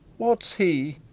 what's he?